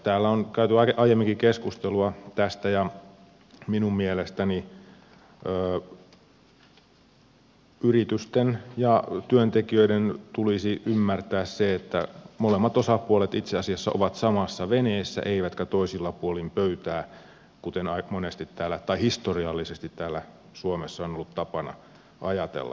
täällä on käyty aiemminkin keskustelua tästä ja minun mielestäni yritysten ja työntekijöiden tulisi ymmärtää se että molemmat osapuolet itse asiassa ovat samassa veneessä eivätkä toisilla puolin pöytää kuten historiallisesti täällä suomessa on ollut tapana ajatella